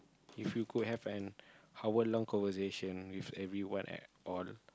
if you could have an hour long conversation with everyone at all